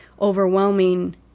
overwhelming